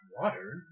water